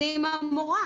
הוא עם המורה.